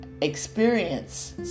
experience